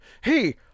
hey